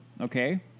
okay